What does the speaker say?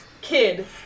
kid